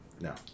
no